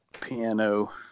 piano